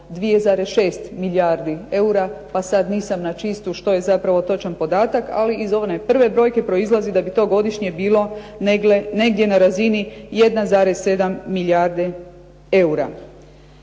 2,6 milijardi eura, pa sad nisam na čistu što je zapravo točan podatak. Ali iz one prve brojke proizlazi da bi to godišnje bilo negdje na razini 1,7 milijardi eura.